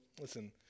listen